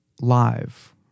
live